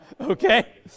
Okay